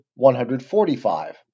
145